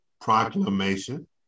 Proclamation